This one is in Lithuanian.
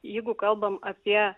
jeigu kalbam apie